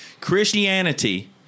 Christianity